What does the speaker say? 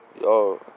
Yo